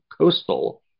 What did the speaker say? coastal